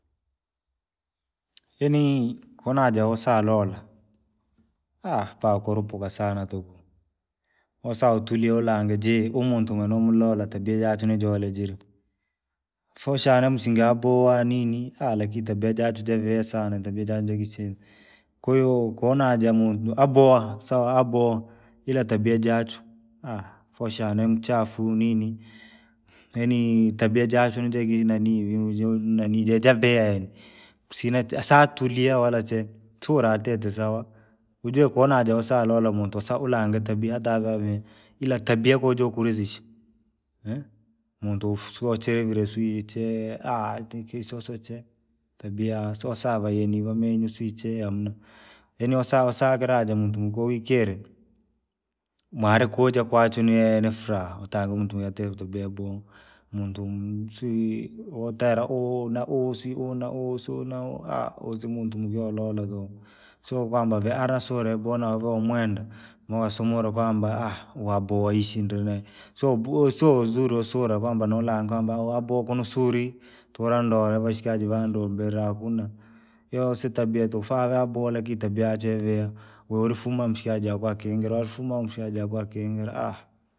Yaani konaja usalola, pakurupuka sana tuku, osa utuliolange jii umuntu mulumulola tabia jachwe nojole jiri. Foshana msinga yaboa yaanini lakini tabia jachwe javia sana tabia janjevisinga, kwahiyo kona jamuntu aboa saa aboa ila tabia jachwe. foshana ni mchafu nini, yaani tabia jachwe ndegi nanii nanii jejabea yaani, kusina ta saa- satulia walache, tula atie tizawa, kujua kuona jausaulola muntu saula ulange tabia ta vavii, ila tabia kojo kourizisha, muntu usioche vile suichee tukisosoche. Tabia siosawa yaani vamenye suiche hamna, yaani wasa wasagira jamuntu mukoikele, mwalikuja kwachu nie ni furaha utaaumuntu tabia yaboha, muntu muswii! Wotela uuna uusi uuna uusuna usi muntu muyololo jii. Sio kwamba vii asule boa navo mwenda, mosumula kwamba waboa isinde vee, sobo sozura usura kwamba nolanga kwamba wabo kunusuri. Tulanda na vashikaji vandu bila kune, yoosi itabia tofa vyabole kitabia jee via, volifuma mshikaji akakwingira afuma mshikaji akakwingira.